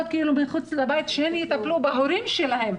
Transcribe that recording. שהן יטפלו בהורים שלהם.